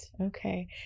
okay